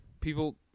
People